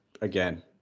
again